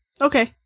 Okay